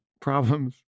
problems